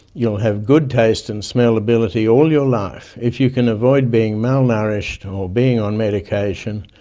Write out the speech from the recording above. you will have good taste and smell ability all your life, if you can avoid being malnourished or being on medication,